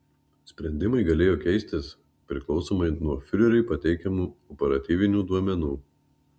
sprendimai galėjo keistis priklausomai nuo fiureriui pateikiamų operatyvinių duomenų